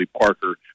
Parker